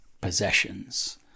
possessions